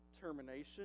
termination